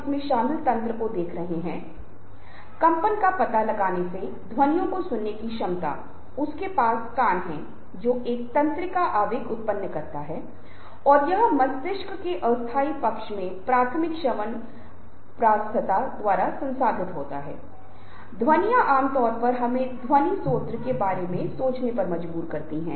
इसलिए हम क्या करते हैं हम इस बात का ध्यान रखते हैं इससे पहले कि हम किसी से संपर्क करना शुरू करें आँख से संपर्क करना बहुत महत्वपूर्ण है खासकर तब जब हम शारीरिक स्तर पर या यहां तक कि स्काइप के ऊपर संचार के बारे में बात कर रहे हैं